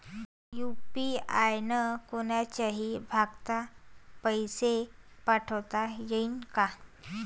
UPI न कोनच्याही भागात पैसे पाठवता येईन का?